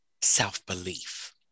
self-belief